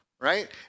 right